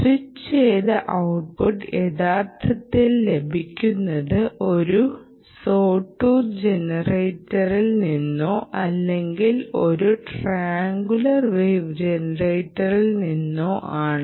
switch ചെയ്ത output യഥാർത്ഥത്തിൽ ലഭിക്കുന്നത് ഒരു സോ ടൂത്ത് ജനറേറ്ററിൽ നിന്നോ അല്ലെങ്കിൽ ഒരു ട്രൈയാൻക്കുലർ വേവ് ജനറേറ്ററിൽ നിന്നോ ആണ്